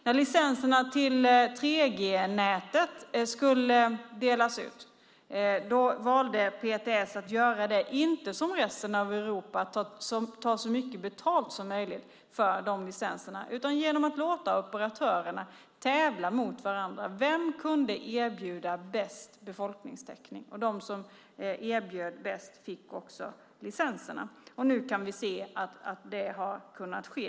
När licenserna till 3G-nätet skulle delas ut valde PTS att inte göra som resten av Europa och ta så mycket betalt som möjligt för licenserna, utan att göra detta genom att låta operatörerna tävla mot varandra. Vem kunde erbjuda bäst befolkningstäckning? De som erbjöd den bästa fick också licenserna. Nu kan vi se att det har kunnat ske.